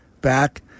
back